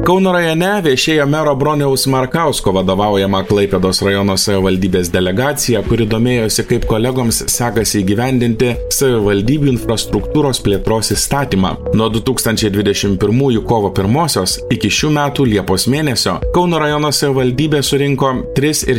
kauno rajone viešėjo mero broniaus markausko vadovaujama klaipėdos rajono savivaldybės delegacija kuri domėjosi kaip kolegoms sekasi įgyvendinti savivaldybių infrastruktūros plėtros įstatymą nuo du tūkstančiai dvidešim pirmųjų kovo pirmosios iki šių metų liepos mėnesio kauno rajono savivaldybė surinko tris ir